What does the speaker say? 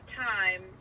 time